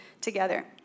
together